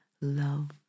love